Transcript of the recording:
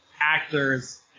actors